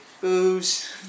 Booze